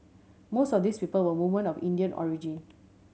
most of these people were woman of Indian origin